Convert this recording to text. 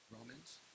Romans